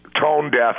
tone-deaf